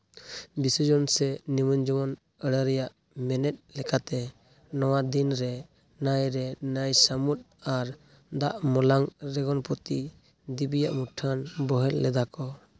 ᱵᱤᱥᱚᱨᱡᱚᱱ ᱥᱮ ᱱᱤᱢᱚᱡᱚᱢᱚᱱ ᱟᱹᱲᱟᱹ ᱨᱮᱭᱟᱜ ᱢᱮᱱᱮᱛ ᱞᱮᱠᱟᱛᱮ ᱱᱚᱣᱟ ᱫᱤᱱ ᱨᱮ ᱱᱟᱹᱭ ᱨᱮ ᱱᱟᱹᱭ ᱥᱟᱹᱢᱩᱫ ᱟᱨ ᱫᱟᱜ ᱢᱚᱞᱟᱝ ᱨᱮᱜᱚᱱ ᱯᱚᱛᱤ ᱫᱮᱵᱤᱭᱟᱜ ᱢᱩᱴᱷᱟᱹᱱ ᱵᱳᱦᱮᱞ ᱞᱮᱫᱟ ᱠᱚ